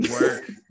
work